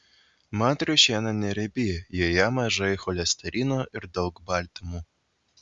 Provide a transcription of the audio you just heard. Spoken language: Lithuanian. mat triušiena neriebi joje mažai cholesterino ir daug baltymų